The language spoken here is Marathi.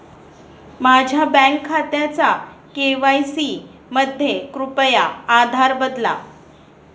माझ्या बँक खात्याचा के.वाय.सी मध्ये कृपया आधार बदला